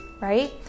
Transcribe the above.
right